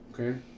Okay